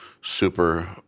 super